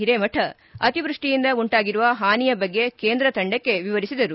ಹಿರೇಮಠ ಅತಿವೃಷ್ಟಿಯಿಂದ ಉಂಟಾಗಿರುವ ಹಾನಿಯ ಬಗ್ಗೆ ಕೇಂದ್ರ ತಂಡಕ್ಕೆ ವಿವರಿಸಿದರು